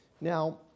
Now